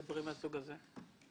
לדברים מהסוג הזה?